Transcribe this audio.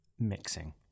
Mixing